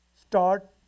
start